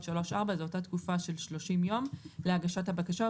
(3) ו-(4) - זו אותה תקופה של 30 יום - להגשת הבקשה,